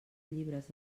llibres